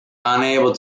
unable